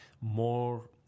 more